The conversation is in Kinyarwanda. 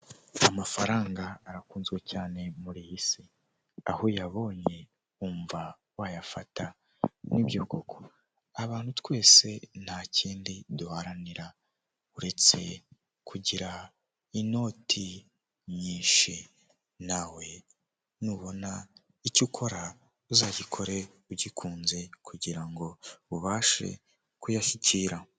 Amafaranga arakunzwe cyane muri iyi si, ahoyabonye wumva wayafata. Nibyo koko abantu twese nta kindi duharanira uretse kugira inoti nyinshi nawe n'ubona icyo ukora uzagikore ugikunze kugira ngo ubashe kuyashyikira.